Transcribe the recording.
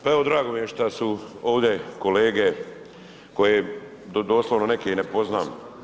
Pa evo, drago mi je što su ovdje kolege koje doslovno neke i ne poznam.